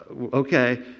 Okay